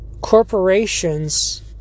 corporations